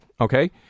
Okay